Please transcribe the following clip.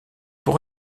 pour